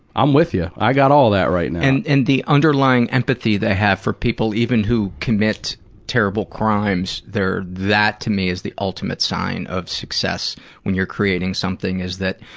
i'm with ya. i got all that right now. and, and the underlying empathy that they have for people, even who commit terrible crime, so they're that to me is the ultimate sign of success when you're creating something, is that